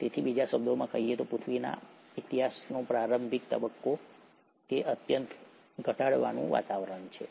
તેથી બીજા શબ્દોમાં કહીએ તો પૃથ્વીના ઇતિહાસનો પ્રારંભિક તબક્કો તે અત્યંત ઘટાડાનું વાતાવરણ હતું